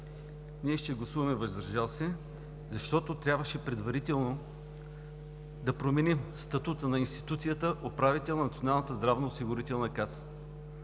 ние ще гласуваме „въздържал се“, защото трябваше предварително да променим статута на институцията Управител на НЗОК.